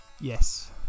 yes